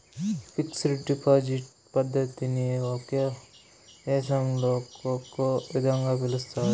fixed deposit పద్ధతిని ఒక్కో దేశంలో ఒక్కో విధంగా పిలుస్తారు